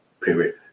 period